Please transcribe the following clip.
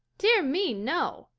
dear me, no.